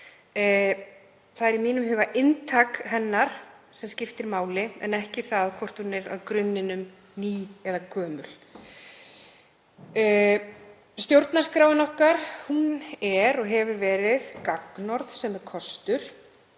þörf. Í mínum huga er það inntak hennar sem skiptir máli en ekki það hvort hún er að grunninum til ný eða gömul. Stjórnarskráin okkar er og hefur verið gagnorð, sem er kostur,